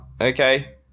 okay